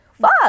Fuck